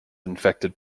infected